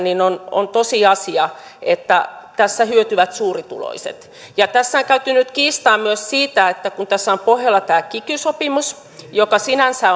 on on tosiasia että tässä hyötyvät suurituloiset tässä on käyty nyt kiistaa myös siitä että kun tässä on pohjalla tämä kiky sopimus sinänsä